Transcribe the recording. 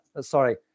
sorry